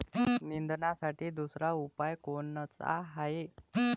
निंदनासाठी दुसरा उपाव कोनचा हाये?